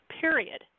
period